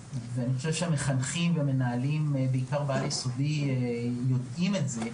והמחנכים והמנהלים בעיקר בעל יסודי יודעים את זה,